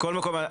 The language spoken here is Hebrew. מכל מקום,